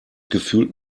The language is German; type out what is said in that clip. gefühlt